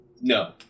No